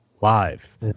live